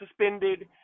suspended